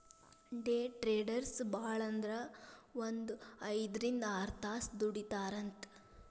ಡೆ traders ಭಾಳಂದ್ರ ಒಂದ್ ಐದ್ರಿಂದ್ ಆರ್ತಾಸ್ ದುಡಿತಾರಂತ್